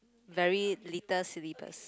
very little syllables